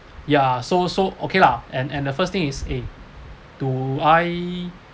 ya so so okay lah and and the first thing is eh do I